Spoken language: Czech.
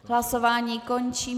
Hlasování končím.